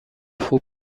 خوب